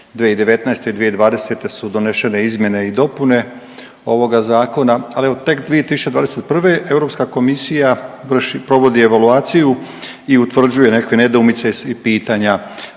2019. i 2020. su donešene izmjene i dopune ovoga Zakona, ali evo, tek 2021. Europska komisija provodi evaluaciju i utvrđuje nekakve nedoumice i pitanja.